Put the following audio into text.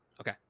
okay